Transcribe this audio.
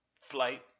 Flight